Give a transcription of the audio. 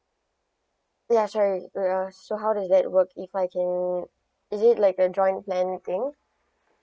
ya true we are so how does that work if I can is it like a joint plan thing